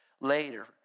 later